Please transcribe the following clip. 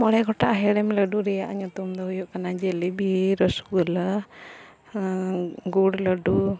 ᱢᱚᱬᱮ ᱜᱚᱴᱟᱜ ᱦᱮᱲᱮᱢ ᱞᱟᱹᱰᱩ ᱨᱮᱭᱟᱜ ᱧᱩᱛᱩᱢ ᱫᱚ ᱦᱩᱭᱩᱜ ᱠᱟᱱᱟ ᱡᱮᱞᱮᱵᱤ ᱨᱟᱹᱥᱠᱟᱹᱞᱟ ᱜᱩᱲ ᱞᱟᱹᱰᱩ